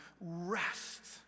rest